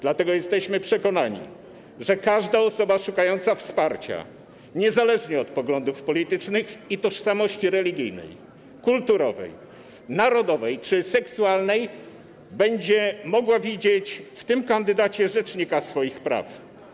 Dlatego jesteśmy przekonani, że każda osoba szukająca wsparcia, niezależnie od poglądów politycznych i tożsamości religijnej, kulturowej, narodowej czy seksualnej, będzie mogła widzieć w tym kandydacie rzecznika swoich praw.